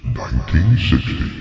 1960